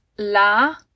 La